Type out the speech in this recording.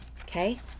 okay